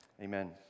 amen